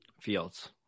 Fields